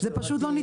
זה פשוט לא נתפס.